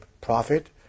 profit